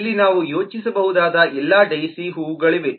ಇಲ್ಲಿ ನಾವು ಯೋಚಿಸಬಹುದಾದ ಎಲ್ಲಾ ಡೈಸಿ ಹೂವುಗಳಿವೆ